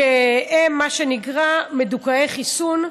שהם מה שנקרא מדוכאי חיסון,